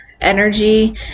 energy